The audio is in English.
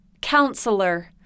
counselor